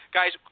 Guys